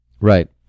Right